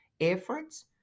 efforts